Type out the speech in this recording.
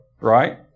Right